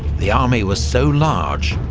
the army was so large,